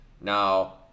Now –